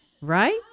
Right